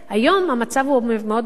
להיפך, היום המצב הוא מאוד מביך.